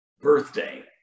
birthday